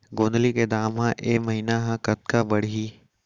गोंदली के दाम ह ऐ महीना ह कतका बढ़ही?